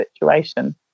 situation